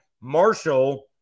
Marshall